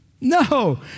No